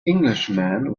englishman